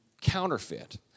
counterfeit